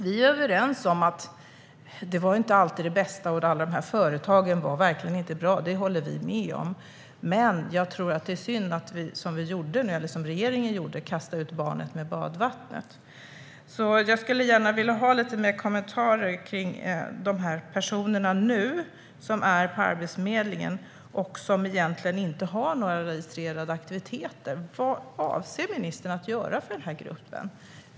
Vi är överens om att det inte alltid var det bästa och att alla dessa företag verkligen inte var bra - det håller vi med om - men jag tror att det är synd att som regeringen gjorde kasta ut barnet med badvattnet. Jag skulle alltså gärna vilja ha lite mer kommentarer kring de personer som nu är inskrivna hos Arbetsförmedlingen och egentligen inte har några registrerade aktiviteter. Vad avser ministern att göra för den gruppen?